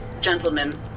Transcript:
gentlemen